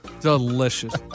Delicious